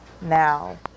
Now